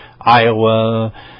Iowa